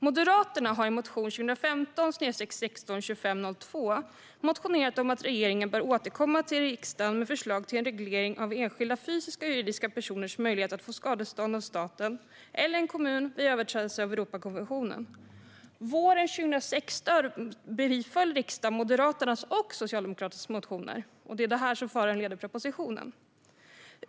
Moderaterna har i motion 2015/16:2502 motionerat om att regeringen bör återkomma till riksdagen med förslag till en reglering av enskilda fysiska och juridiska personers möjlighet att få skadestånd av staten eller en kommun vid överträdelse av Europakonventionen. Våren 2016 biföll riksdagen Moderaternas och Socialdemokraternas motioner. Det var det som föranledde propositionen.